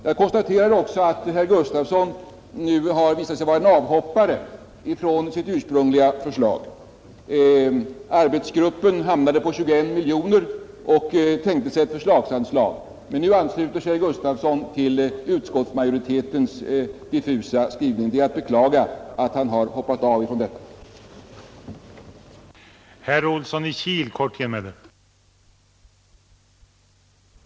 Jag konstaterar också att herr Gustavsson nu visat sig vara en avhoppare från sitt ursprungliga förslag. Arbetsgruppen hamnade på 21 miljoner och tänkte sig ett förslagsanslag. Nu ansluter sig herr Gustavsson till utskottsmajoritetens diffusa skrivning, Det är att beklaga att han hoppat av från arbetsgruppens ståndpunkt.